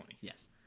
yes